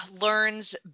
learns